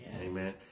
Amen